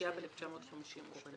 תשי"ב-1952.ני